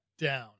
Down